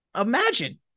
imagine